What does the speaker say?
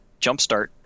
jumpstart